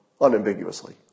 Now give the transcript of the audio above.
unambiguously